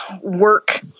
work